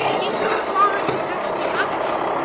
insofar as what's actually happening,